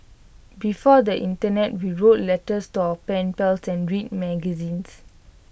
before the Internet we wrote letters to our pen pals and read magazines